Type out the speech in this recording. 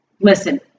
listen